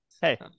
Hey